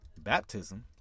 baptism